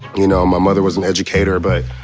you know, my mother was an educator, but